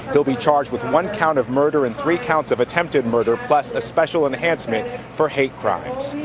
he'll be charged with one count of murder and three counts of attempted murder plus a special enhancement for hate crimes.